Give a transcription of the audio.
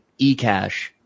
eCash